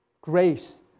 grace